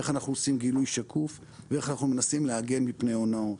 איך אנחנו עושים גילוי שקוף ואיך אנחנו מנסים להגן מפני הונאות.